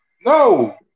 No